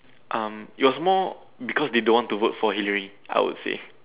um it was more because they don't want to work for Hillary I would say